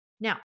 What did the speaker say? Now